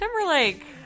Timberlake